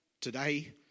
Today